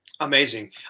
Amazing